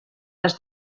les